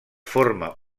forma